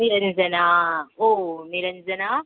निरञ्जना ओ निरञ्जना